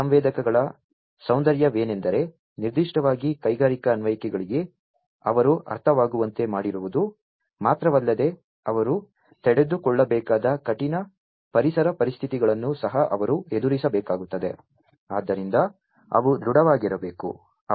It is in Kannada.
ಈ ಸಂವೇದಕಗಳ ಸೌಂದರ್ಯವೇನೆಂದರೆ ನಿರ್ದಿಷ್ಟವಾಗಿ ಕೈಗಾರಿಕಾ ಅನ್ವಯಿಕೆಗಳಿಗೆ ಅವರು ಅರ್ಥವಾಗುವಂತೆ ಮಾಡಿರುವುದು ಮಾತ್ರವಲ್ಲದೆ ಅವರು ತಡೆದುಕೊಳ್ಳಬೇಕಾದ ಕಠಿಣ ಪರಿಸರ ಪರಿಸ್ಥಿತಿಗಳನ್ನು ಸಹ ಅವರು ಎದುರಿಸಬೇಕಾಗುತ್ತದೆ ಆದ್ದರಿಂದ ಅವು ದೃಢವಾಗಿರಬೇಕು